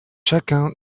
chacun